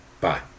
Bye